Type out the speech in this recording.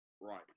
Right